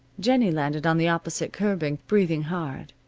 jennie landed on the opposite curbing, breathing hard.